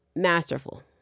masterful